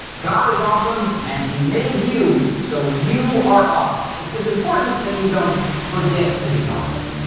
god is awesome, and he made you. so, you are awesome. it's just important that you don't forget to be awesome.